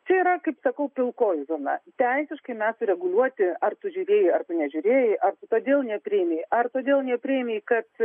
čia yra kaip sakau pilkoji zona teisiškai mes sureguliuoti ar tu žiūrėjai ar nežiūrėjai ar tu todėl nepriėmei ar todėl nepriėmei kad